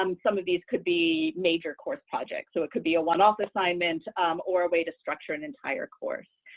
um some of these could be major course projects so it could be a one-off assignment or a way to structure an entire course.